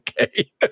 okay